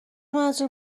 منظور